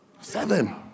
Seven